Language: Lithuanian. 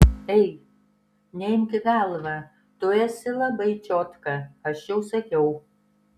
ei neimk į galvą tu esi labai čiotka aš jau sakiau